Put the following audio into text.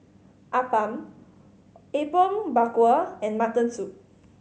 appam Apom Berkuah and mutton soup